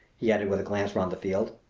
he added, with a glance round the field.